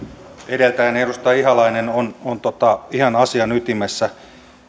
edeltäjäni edustaja ihalainen on on ihan asian ytimessä